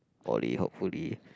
Poly hopefully